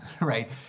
right